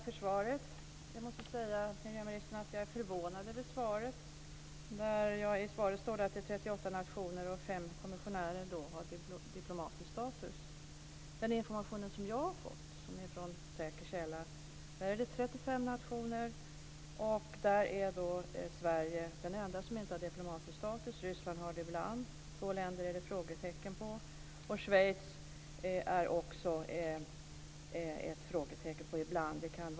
Fru talman! Jag vill också tacka för svaret. Jag är inte heller speciellt nöjd.